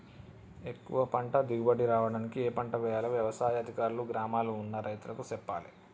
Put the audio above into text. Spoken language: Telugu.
ఎక్కువ పంట దిగుబడి రావడానికి ఏ పంట వేయాలో వ్యవసాయ అధికారులు గ్రామాల్ల ఉన్న రైతులకు చెప్పాలే